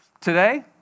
today